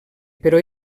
però